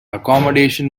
accommodation